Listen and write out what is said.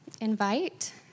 invite